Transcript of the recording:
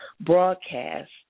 broadcast